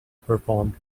perform